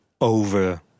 over